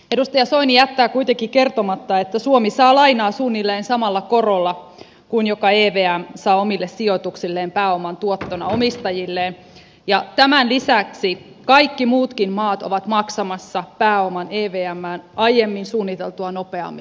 edustaja soini jättää kuitenkin kertomatta että suomi saa lainaa suunnilleen samalla korolla kuin se jonka evm saa omille sijoituksilleen pääoman tuottona omistajilleen ja tämän lisäksi kaikki muutkin maat ovat maksamassa pääoman evmään aiemmin suunniteltua nopeammin